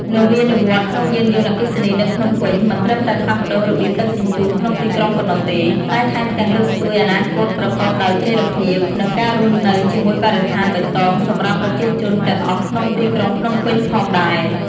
នវានុវត្តន៍ក្នុងយានយន្តអគ្គិសនីនៅភ្នំពេញ មិនត្រឹមតែផ្លាស់ប្តូររបៀបដឹកជញ្ជូនក្នុងទីក្រុងប៉ុណ្ណោះទេ តែថែមទាំងលើកស្ទួយអនាគតប្រកបដោយចីរភាព និងការរស់នៅជាមួយបរិស្ថានបៃតងសម្រាប់ប្រជាជនទាំងអស់ក្នុងទីក្រុងភ្នំពេញផងដែរ។